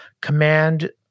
command